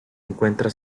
encuentra